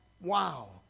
wow